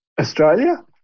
Australia